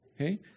Okay